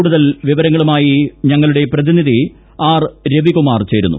കൂടുതൽ വിവരങ്ങളുമായി ചേരുന്നത് ഞങ്ങളുടെ പ്രതിനിധി ആർ രവികുമാർ ചേരുന്നു